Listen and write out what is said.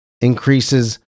increases